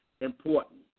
important